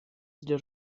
dil